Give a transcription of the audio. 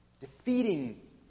defeating